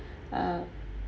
uh